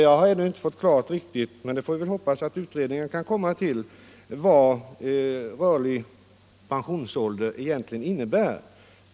Jag har inte fått klart för mig — jag hoppas att utredningen kommer fram till det — vad rörlig pensionsålder egentligen innebär.